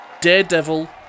Daredevil